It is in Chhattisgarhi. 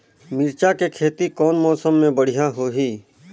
मिरचा के खेती कौन मौसम मे बढ़िया होही?